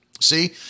See